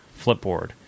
Flipboard